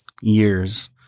years